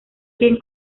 quien